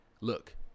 Look